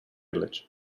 village